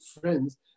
friends